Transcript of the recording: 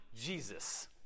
Jesus